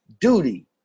duty